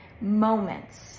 moments